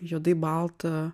juodai baltą